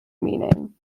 meaning